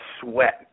sweat